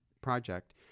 Project